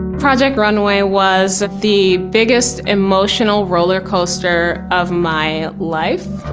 project runway was the biggest emotional roller coaster of my life.